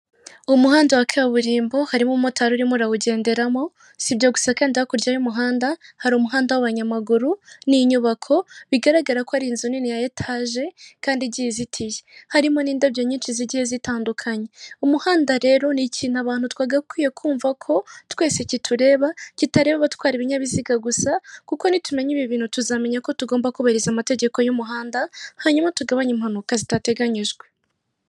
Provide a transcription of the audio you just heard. Umuhanda wa kaburimbo harimo umumotari urimo urawugenderamo sibyo gusa kandi hakurya y'umuhanda hari umuhanda w'abanyamaguru ni inyubako bigaragara ko ari inzu nini ya etage kandi igira izitiye harimo n'indabyo nyinshi zigiye zitandukanye umuhanda, rero ni ikintu abantu tugakwiye kumva ko twese kitureba kitareba batwara ibinyabiziga gusa kuko nitumenya ibi bintu tuzamenya ko tugomba kubahiriza amategeko y'umuhanda hanyuma tugabanye impanuka zitateganyijwe.